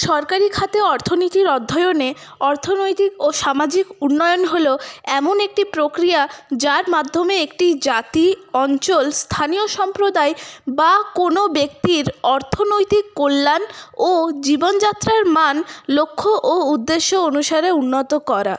সরকারি খাতে অর্থনীতির অধ্যয়নে অর্থনৈতিক ও সামাজিক উন্নয়ন হল এমন একটি প্রক্রিয়া যার মাধ্যমে একটি জাতি অঞ্চল স্থানীয় সম্প্রদায় বা কোনো ব্যক্তির অর্থনৈতিক কল্যাণ ও জীবন যাত্রার মান লক্ষ্য ও উদ্দেশ্য অনুসারে উন্নত করা